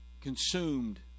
consumed